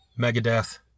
Megadeth